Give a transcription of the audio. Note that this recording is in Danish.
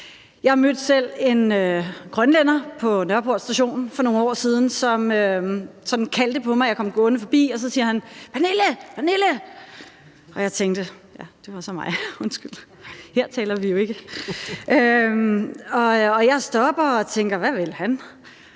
Jeg mødte selv en grønlænder på Nørreport Station for nogle år siden, som kaldte på mig, da jeg kom gående forbi. Så siger han: Pernille, Pernille. Jeg tænkte, det var så mig. Jeg stopper og tænker, hvad han